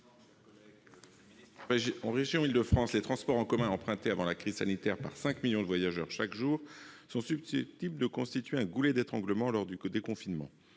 En Île-de-France, les transports en commun, empruntés avant la crise sanitaire par 5 millions de voyageurs chaque jour, sont susceptibles de constituer un goulet d'étranglement lors du déconfinement.